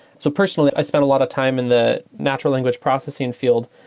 so personally, i spent a lot of time in the natural language processing and field,